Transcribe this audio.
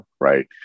right